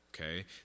okay